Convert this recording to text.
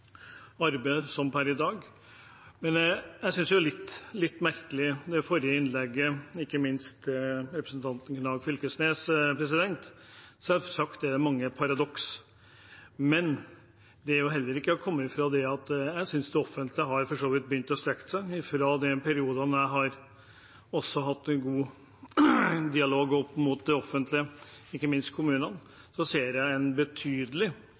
arbeid per i dag. Jeg synes ikke minst det forrige innlegget, fra representanten Knag Fylkesnes, var litt merkelig. Selvsagt er det mange paradokser, men det er heller ikke til å komme fra – synes jeg – at det offentlige for så vidt har begynt å strekke seg. I de periodene jeg har hatt en god dialog med det offentlige, ikke minst med kommunene, har jeg sett en betydelig